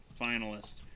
Finalist